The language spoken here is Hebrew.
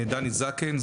דני זקן,